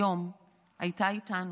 היום הייתה איתנו.